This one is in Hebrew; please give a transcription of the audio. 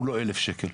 היא לא 1,000 שקלים.